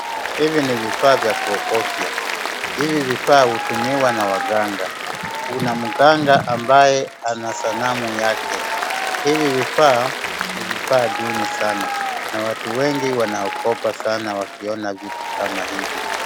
Hivi ni vifaa vya kuogofya. Hivi vifaa hutumiwa na waganga. Kuna mganga ambaye ana sanamu yake. Hivi vifaa ni vifaa duni sana na watu wengi wanaogopa sana wakiona vitu kama hivi.